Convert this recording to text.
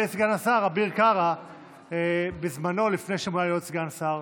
סגן השר אביר קארה לפני שהוא מונה לסגן השר